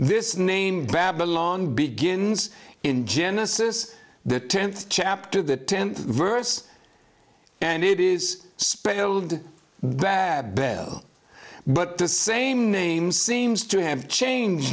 this name babylon begins in genesis the tenth chapter of the tenth verse and it is spelled that bell but the same name seems to have changed